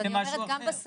אז אני אומרת גם בסכנה,